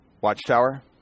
Watchtower